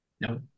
No